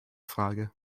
frage